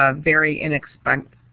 ah very inexpensively,